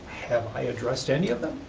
have i addressed any of them?